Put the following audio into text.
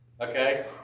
Okay